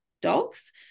dogs